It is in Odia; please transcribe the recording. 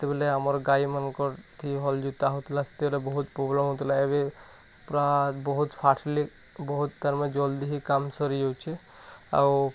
ଯେତେବେଲେ ଆମର୍ ଗାଈ ମାନକର୍ ଥି ହଲ ଜୋତା ହଉଥିଲା ସେତେବେଲେ ବହୁତ୍ ପ୍ରୋବ୍ଲେମ୍ ହଉଥିଲା ଏବେ ପୁରା ବହୁତ୍ ଫାଷ୍ଟଲି ବହୁତ୍ ତାର୍ ମାନେ ଜଲ୍ଦି ହିଁ କାମ ସରିଯାଉଛେ ଆଉ